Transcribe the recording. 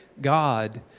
God